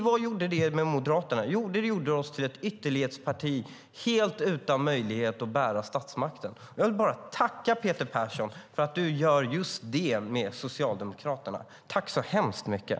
Vad gjorde det med Moderaterna? Jo, det gjorde oss till ett ytterlighetsparti helt utan möjlighet att bära statsmakten. Jag vill tacka Peter Persson för att du gör just detta med Socialdemokraterna. Tack så hemskt mycket!